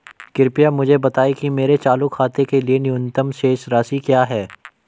कृपया मुझे बताएं कि मेरे चालू खाते के लिए न्यूनतम शेष राशि क्या है